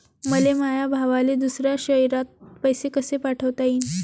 मले माया भावाले दुसऱ्या शयरात पैसे कसे पाठवता येईन?